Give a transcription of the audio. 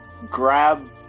grab